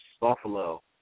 Buffalo